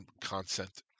consent